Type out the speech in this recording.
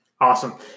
Awesome